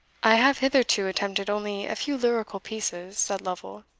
i have hitherto attempted only a few lyrical pieces, said lovel.